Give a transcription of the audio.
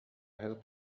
help